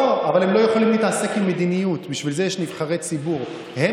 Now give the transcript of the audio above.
מה רצו לעשות לנו בפורים ומה רצו לעשות לנו